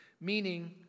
meaning